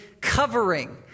covering